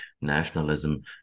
nationalism